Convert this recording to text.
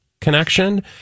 connection